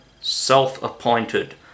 self-appointed